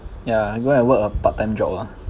ya go and work a part time job ah